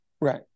Right